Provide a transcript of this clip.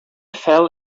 fell